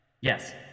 Yes